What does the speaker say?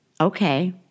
okay